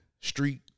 street